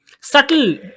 subtle